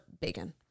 bacon